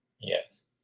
Yes